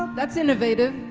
that's innovative,